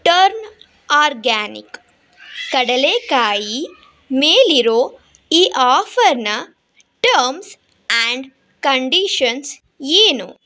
turn organic ಕಡಲೇಕಾಯಿ ಮೇಲಿರೋ ಈ ಆಫರ್ನ ಟರ್ಮ್ಸ್ ಆ್ಯಂಡ್ ಕಂಡೀಷನ್ಸ್ ಏನು